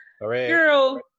Girl